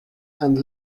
and